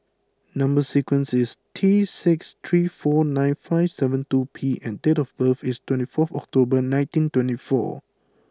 number sequence is T six three four nine five seven two P and date of birth is twenty four October nineteen twenty four